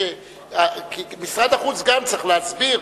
משרד החוץ צריך להסביר,